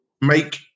make